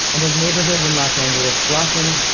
and as neighborhoods in los angeles blossomed,